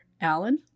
Alan